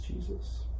Jesus